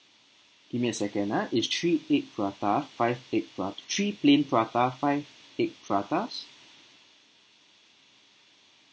give me a second ah is three egg prata five egg pra~ three plain prata five egg pratas